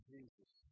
Jesus